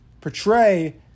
portray